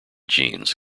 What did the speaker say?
genes